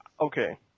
okay